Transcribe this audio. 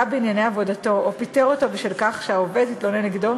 בענייני עבודתו או פיטר אותו בשל כך שהעובד התלונן נגדו,